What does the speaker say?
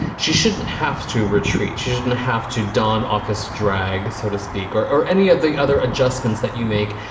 she shouldn't have to retreat. she didn't have to dawn office drag, so to speak, or or any of the other adjustments that you make.